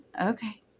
Okay